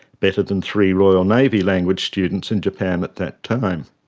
better than three royal navy language students in japan at that time.